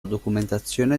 documentazione